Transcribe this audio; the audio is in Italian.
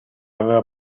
aveva